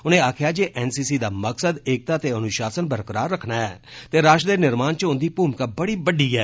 उनें आखेआ जे एनसीसी दा मकसद एकता ते अनुषासन बरकरार रक्खना ऐ ते राश्ट्र दे निर्माण च उंदी भूमिका बड़ी बड़डी ऐ